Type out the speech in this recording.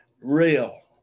real